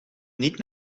niet